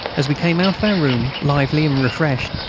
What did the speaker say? as we came out of our room, lively and refreshed,